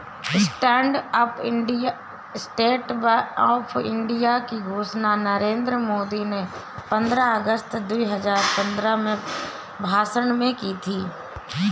stand up India की घोषणा नरेंद्र मोदी ने पंद्रह अगस्त दो हजार पंद्रह में भाषण में की थी